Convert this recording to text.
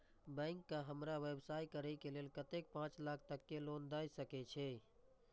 Bank का हमरा व्यवसाय करें के लेल कतेक पाँच लाख तक के लोन दाय सके छे?